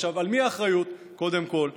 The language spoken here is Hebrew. עכשיו, על מי האחריות, קודם כול?